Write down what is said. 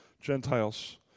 Gentiles